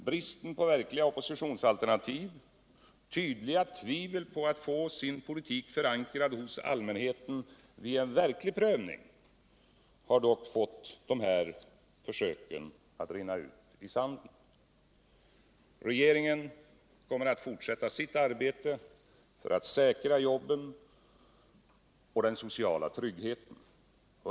Bristen på verkliga opppositionsalternativ och tydliga tvivel på att få sin politik förankrad hos allmänheten vid en verklig prövning har fått dessa försök att rinna ut i sanden. Regeringen kommer att fortsätta sitt arbete för att säkra jobben och den sociala tryggheten.